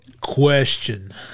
question